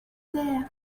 there